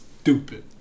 stupid